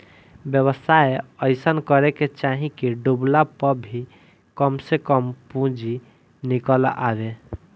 व्यवसाय अइसन करे के चाही की डूबला पअ भी कम से कम पूंजी निकल आवे